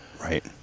right